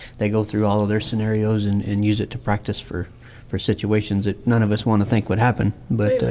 they go through all of their scenarios and and use it to practice for for situations that none of us want to think would but